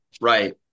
Right